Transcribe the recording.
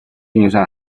运算